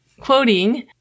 quoting